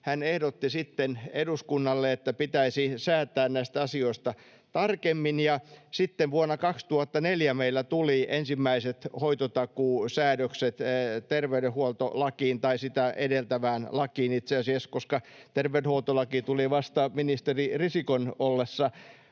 Hän ehdotti sitten eduskunnalle, että pitäisi säätää näistä asioista tarkemmin. Sitten vuonna 2004 meillä tuli ensimmäiset hoitotakuusäädökset terveydenhuoltolakiin, tai itse asiassa sitä edeltävään lakiin, koska terveydenhuoltolaki tuli vasta ministeri Risikon ollessa